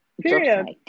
Period